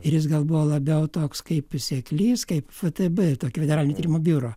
ir jis gal buvo labiau toks kaip seklys kaip ftb tokio federalinio tyrimų biuro